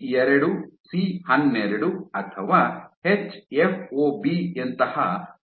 ಸಿ2 ಸಿ12 ಅಥವಾ ಎಚ್ಎಫ್ಒಬಿ ಯಂತಹ